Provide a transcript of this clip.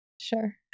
Sure